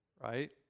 right